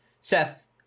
seth